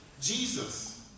Jesus